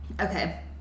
Okay